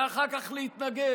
ואחר כך להתנגד?